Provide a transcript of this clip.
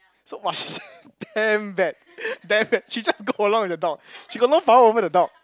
so !wah! she's damn bad damn bad she just go along with the dog she got no power over the dog